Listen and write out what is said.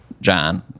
john